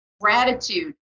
Gratitude